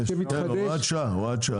יש, הוראת שעה.